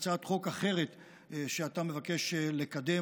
בהצעת חוק אחרת שאתה מבקש לקדם,